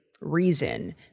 reason